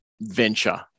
venture